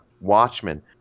Watchmen